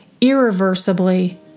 irreversibly